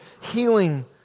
healing